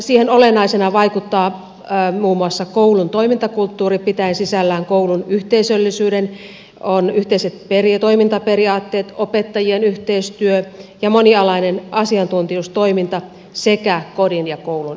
siihen olennaisena vaikuttaa muun muassa koulun toimintakulttuuri pitäen sisällään koulun yhteisöllisyyden on yhteiset toimintaperiaatteet opettajien yhteistyö ja monialainen asiantuntijuustoiminta sekä kodin ja koulun yhteistyö